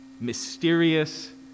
mysterious